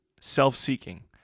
self-seeking